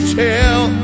tell